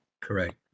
Correct